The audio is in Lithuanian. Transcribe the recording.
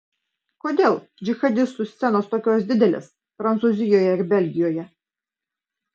kodėl džihadistų scenos tokios didelės prancūzijoje ir belgijoje